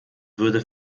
würde